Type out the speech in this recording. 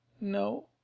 no